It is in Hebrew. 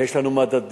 יש לנו מדדים.